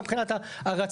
גם מבחינת הרציונל,